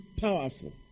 powerful